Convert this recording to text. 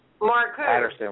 Mark